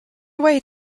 away